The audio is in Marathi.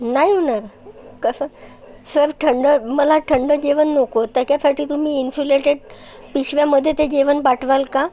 नाही होणार कसं सर थंड मला थंड जेवण नको त्याच्यासाठी तुम्ही इन्स्युलेटेड पिशव्यामध्ये ते जेवण पाठवाल का